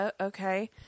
okay